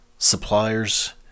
Suppliers